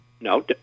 No